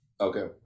Okay